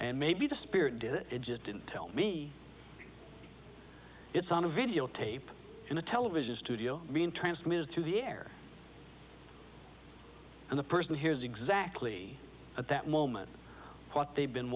and maybe the spirit did it it just didn't tell me it's on a videotape in a television studio being transmitted to the air and the person hears exactly at that moment what they've been